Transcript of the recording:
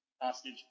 hostage